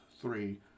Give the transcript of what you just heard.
three